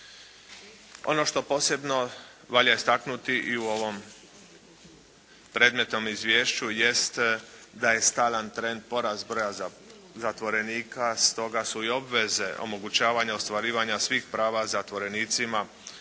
Ono što posebno valja istaknuti i u ovom predmetnom izvješću jest da je stalan trend porast broja zatvorenika. Stoga su i obveze omogućavanja ostvarivanja svih prava zatvorenicima